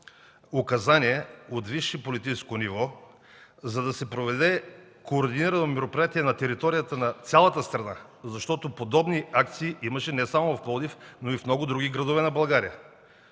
указание от висше политическо ниво, за да се проведе координирано мероприятие на територията на цялата страна? Подобни акции имаше не само в Пловдив, но и в много други градове на България.